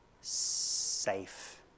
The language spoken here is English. safe